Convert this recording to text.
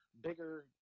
bigger